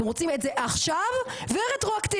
אתם רוצים את זה עכשיו את ורטרואקטיבית,